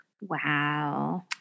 wow